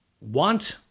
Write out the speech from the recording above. want